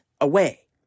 away